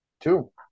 Two